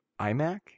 iMac